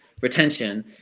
retention